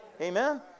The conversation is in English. amen